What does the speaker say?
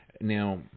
Now